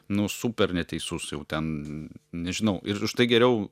nu super neteisus jau ten nežinau ir už tai geriau